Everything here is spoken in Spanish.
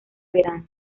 verano